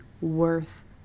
worth